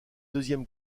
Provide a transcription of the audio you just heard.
deuxième